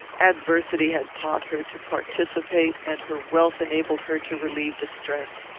adversity had taught her to participate and her wealth enabled her to relieve distress.